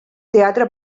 teatre